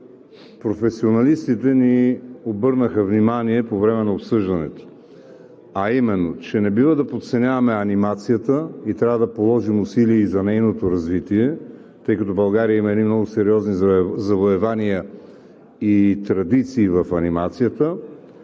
което професионалистите ни обърнаха внимание по време на обсъждането, а именно, че не бива да подценяваме анимацията и трябва да положим усилия и за нейното развитие, тъй като България има едни много сериозни завоевания и традиции в анимацията,